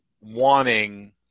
wanting